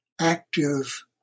active